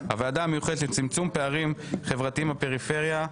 הוועדה המיוחדת לצמצום פערים חברתיים בפריפריה,